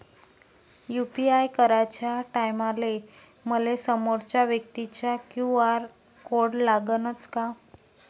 UPI कराच्या टायमाले मले समोरच्या व्यक्तीचा क्यू.आर कोड लागनच का?